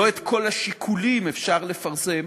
לא את כל השיקולים אפשר לפרסם,